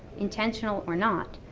intentional or not,